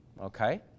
okay